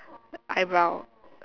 eyebrow